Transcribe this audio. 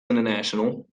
international